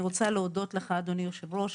אני רוצה להודות לך אדוני יושב הראש,